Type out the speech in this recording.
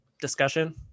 discussion